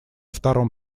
втором